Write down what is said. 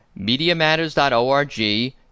MediaMatters.org